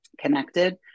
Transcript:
connected